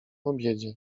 obiedzie